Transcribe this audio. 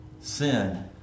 sin